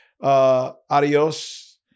Adios